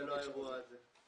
זה לא האירוע הזה.